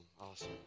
awesome